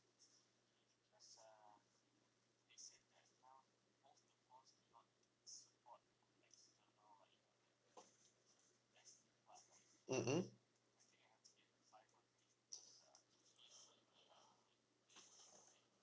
mm mm